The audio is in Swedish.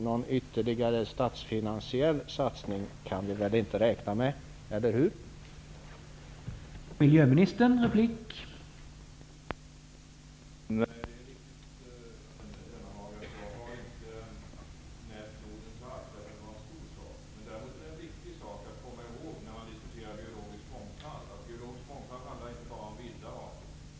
Någon ytterligare statsfinansiell satsning kan vi väl inte räkna med, eller hur?